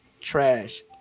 trash